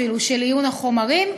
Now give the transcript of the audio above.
אפילו של עיון בחומרים,